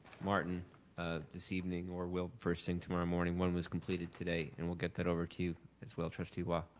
martin this evening or will first thing tomorrow morning. one was completed today and we'll get that over to you as well trustee wah.